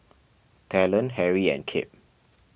Talen Harry and Kip